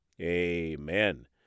amen